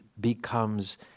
becomes